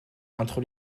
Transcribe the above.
entre